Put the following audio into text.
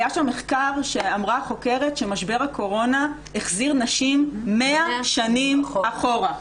היה שם מחקר שאמרה החוקרת שמשבר הקורונה החזיר נשים 100 שנים אחורה.